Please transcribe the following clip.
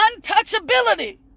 untouchability